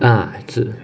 ah 是